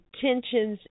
tensions